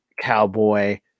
Cowboy